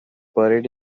buried